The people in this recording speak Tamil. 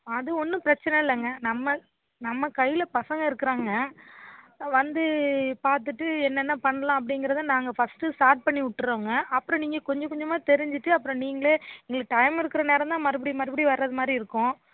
அது ஒன்றும் பிரச்சனை இல்லைங்க நம்ம நம்ம கையில பசங்கள் இருக்கிறாங்க வந்து பார்த்துட்டு என்னென்ன பண்ணலாம் அப்படிங்குறத நாங்கள் ஃபஸ்ட்டு ஸ்டார்ட் பண்ணி விட்றோங்க அப்புறம் நீங்கள் கொஞ்ச கொஞ்சமாக தெரிஞ்சிகிட்டு அப்புறம் நீங்களே எங்களுக்கு டைம் இருக்கிற நேரந்தான் மறுபடியும் மறுபடியும் வரது மாதிரி இருக்கும்